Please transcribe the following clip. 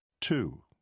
Two